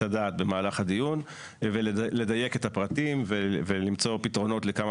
הדעת במהלך הדיון ולדייק את הפרטים ולמצוא פתרונות לכמה